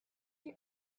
you